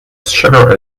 sugar